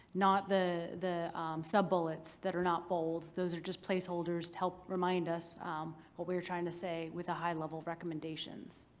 not the the sub-bullets that are not bold. those are just placeholders to help remind us what we were trying to say with a high level of recommendations.